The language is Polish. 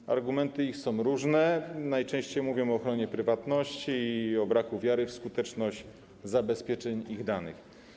Ich argumenty są różne, najczęściej mówią o ochronie prywatności i o braku wiary w skuteczność zabezpieczeń ich danych.